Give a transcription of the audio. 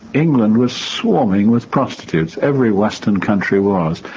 england was swarming with prostitutes. every western country was.